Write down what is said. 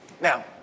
Now